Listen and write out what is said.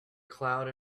cloud